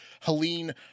Helene